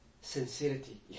sincerity